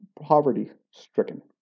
poverty-stricken